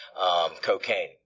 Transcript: cocaine